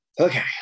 Okay